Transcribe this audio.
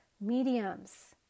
Mediums